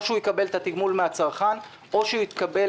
או שהוא יקבל את התגמול מהצרכן או שהוא יקבל